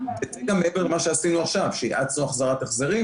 בעצם מעבר למה שעשינו עכשיו, שהאצנו החזרת החזרים.